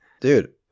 Dude